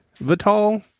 vital